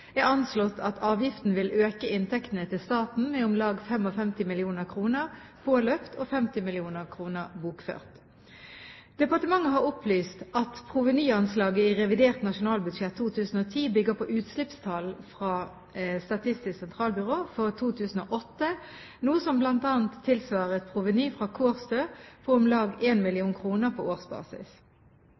er anslått at avgiften vil øke inntektene til staten med om lag 55 mill. kr påløpt og 50 mill. kr bokført. Departementet har opplyst at provenyanslaget i revidert nasjonalbudsjett 2010 bygger på utslippstall fra Statistisk sentralbyrå for 2008, noe som bl.a. tilsvarer et proveny fra Kårstø på om lag 1 mill. kr på årsbasis.